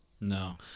No